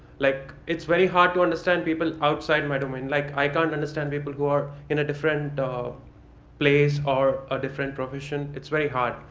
like, it's very hard to understand people outside my domain. like, i can't understand people who are in a different place or a different profession. it's very hard.